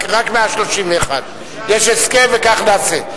רק 131. יש הסכם, וכך נעשה.